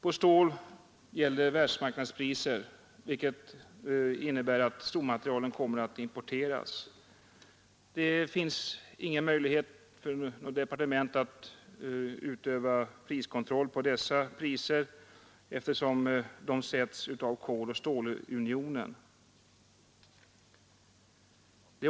På stål gäller världsmarknadspriser, vilket innebär att stommaterialet kommer att importeras. Det finns ingen möjlighet för något departement att utöva priskontroll på dessa priser, eftersom de sätts av koloch stålunionen.